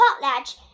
potlatch